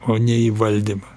o ne į valdymą